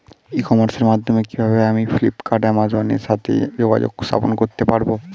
ই কমার্সের মাধ্যমে কিভাবে আমি ফ্লিপকার্ট অ্যামাজন এর সাথে যোগাযোগ স্থাপন করতে পারব?